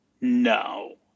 No